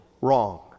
wrong